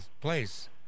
place